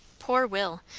poor will!